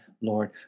Lord